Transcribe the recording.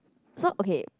so okay